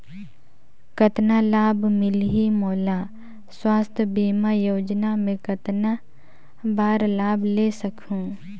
कतना लाभ मिलही मोला? स्वास्थ बीमा योजना मे कतना बार लाभ ले सकहूँ?